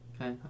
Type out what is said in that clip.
Okay